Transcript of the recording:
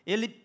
Ele